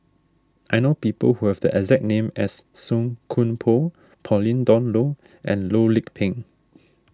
I know people who have the exact name as Song Koon Poh Pauline Dawn Loh and Loh Lik Peng